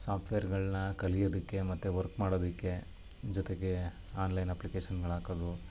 ಸಾಫ್ಟ್ವೇರುಗಳನ್ನ ಕಲಿಯೋದಕ್ಕೆ ಮತ್ತು ವರ್ಕ್ ಮಾಡೋದಕ್ಕೆ ಜೊತೆಗೆ ಆನ್ಲೈನ್ ಅಪ್ಲಿಕೇಶನ್ಗಳು ಹಾಕೋದು